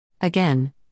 Again